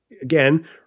again